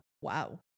Wow